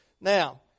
Now